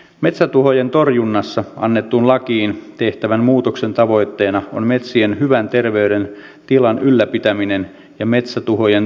metsätuhojen torjunnasta annettuun lakiin tehtävän muutoksen tavoitteena on metsien hyvän terveydentilan ylläpitäminen ja metsätuhojen torjuminen